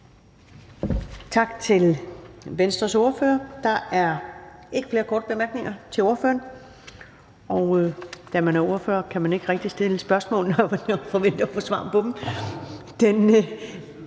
Tak til Venstres ordfører. Der er ikke flere korte bemærkninger til ordføreren. Og da man er ordfører, kan man ikke rigtig stille spørgsmål og forvente at få svar på dem.